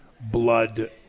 blood